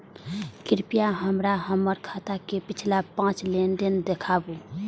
कृपया हमरा हमर खाता के पिछला पांच लेन देन दिखाबू